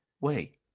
wait